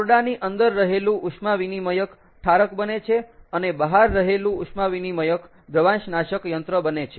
ઓરડાની અંદર રહેલું ઉષ્મા વિનિમયક ઠારક બને છે અને બહાર રહેલું ઉષ્મા વિનિમયક દ્રવાંશનાશક યંત્ર બને છે